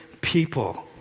people